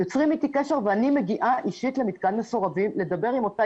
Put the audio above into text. ואני מגיעה אישית למתקן מסורבים לדבר עם אותה